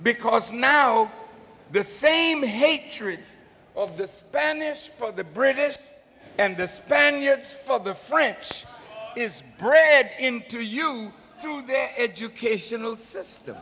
because now the same hatreds of the spanish for the british and the spaniards for the french is bred into you through this educational system